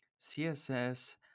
CSS